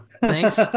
Thanks